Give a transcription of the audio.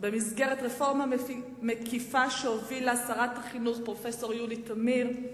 אבל כשאנחנו רואים שרים ואנשים מכובדים,